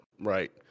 right